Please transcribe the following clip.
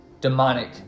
demonic